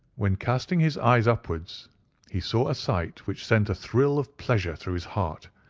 when casting his eyes upwards he saw a sight which sent a thrill of pleasure through his heart.